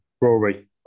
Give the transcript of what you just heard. Rory